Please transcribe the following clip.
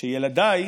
כשילדיי